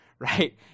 Right